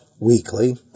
weekly